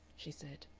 she said.